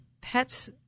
pets